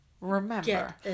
Remember